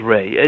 Ray